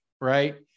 right